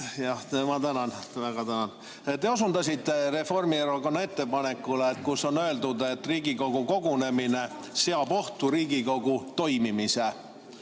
Jah, ma tänan! Ma väga tänan! Te osutasite Reformierakonna ettepanekule, kus on öeldud, et Riigikogu kogunemine seab ohtu Riigikogu toimimise.